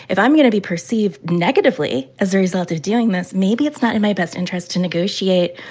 if i'm going to be perceived negatively as a result of doing this, maybe it's not in my best interest to negotiate,